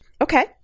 Okay